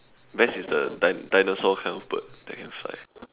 best is the dinosaur dinosaur kind bird that can fly